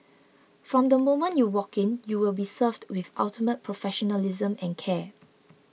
from the moment you walk in you will be served with ultimate professionalism and care